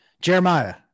Jeremiah